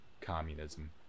Communism